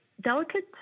delicate